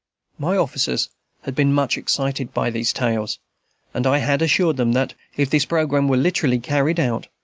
my officers had been much excited by these tales and i had assured them that, if this programme were literally carried out,